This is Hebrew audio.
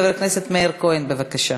חבר הכנסת מאיר כהן, בבקשה.